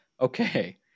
okay